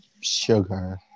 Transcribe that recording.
sugar